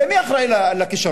הרי מי אחראי לכישלון?